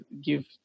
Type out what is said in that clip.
give